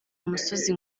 umusozi